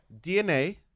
DNA